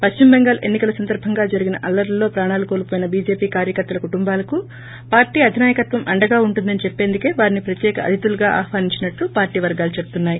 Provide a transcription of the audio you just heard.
పశ్చిమ టెంగాల్ ఎన్ని కల సందర్భంగా జరిగిన అల్లర్లలో ప్రాణాలు కోలోస్యిన బీజేపీ కార్యకర్తల కుటుంబాలకు పార్వీ అధినాయకత్వం అండగా ఉంటుందని చెప్పేందుకే వారిని ప్రత్యేక అతిథులుగా ఆహ్వానించినట్లు పార్టీ వర్గాలు చెబుతున్నాయి